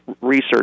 research